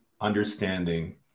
understanding